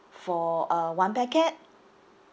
for uh one packet